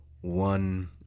one